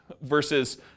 Versus